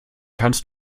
kannst